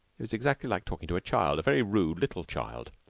it was exactly like talking to a child a very rude little child.